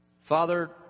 Father